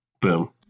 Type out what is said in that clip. Boom